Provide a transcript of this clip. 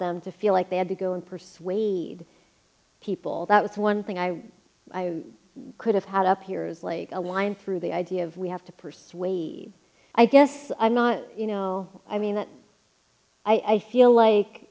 them to feel like they had to go and persuade people that was one thing i could have had up here is like a line through the idea of we have to persuade i guess i'm not you know i mean that i feel